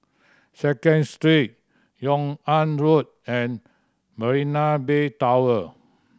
Second Street Yung An Road and Marina Bay Tower